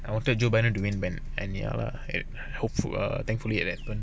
I wanted joe biden to win then and ya lah it hopeful err thankfully at that